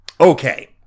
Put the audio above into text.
Okay